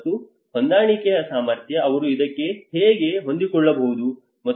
ಮತ್ತು ಹೊಂದಾಣಿಕೆಯ ಸಾಮರ್ಥ್ಯ ಅವರು ಇದಕ್ಕೆ ಹೇಗೆ ಹೊಂದಿಕೊಳ್ಳಬಹುದು